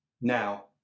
now